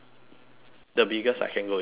the biggest I can go is singapore